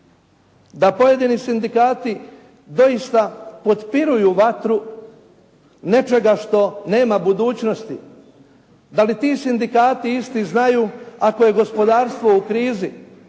da pojedini sindikati doista potpiruju vatru nečega što nema budućnosti, da li ti sindikati isti znaju ako je gospodarstvo u krizi?